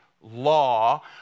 law